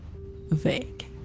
vague